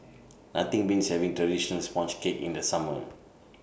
Nothing Beats having Traditional Sponge Cake in The Summer